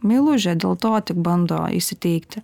meilužę dėl to tik bando įsiteikti